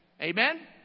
Amen